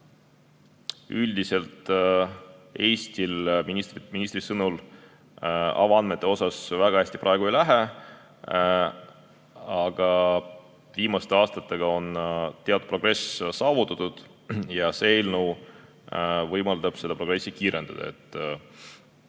Üldiselt Eestil ministri sõnul avaandmete osas väga hästi praegu ei lähe, aga viimaste aastatega on teatud progress saavutatud ja see eelnõu võimaldab seda protsessi kiirendada,